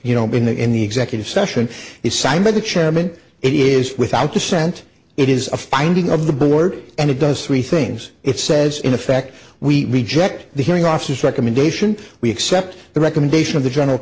you know in the in the executive session is signed by the chairman it is without dissent it is a finding of the board and it does three things it says in effect we reject the hearing officers recommendation we accept the recommendation of the general